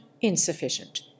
insufficient